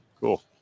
cool